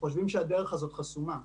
חושבים שהדרך הזאת חסומה.